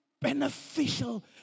beneficial